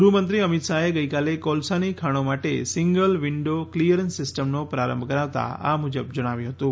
ગૃહમંત્રી અમિત શાહે ગઈકાલે કોલસાની ખાણો માટે સિંગલ્સ વિન્ડો ક્લીઅરન્સ સિસ્ટમનો પ્રારંભ કરાવતા આ મુજબ જણાવ્યું હતું